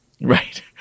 Right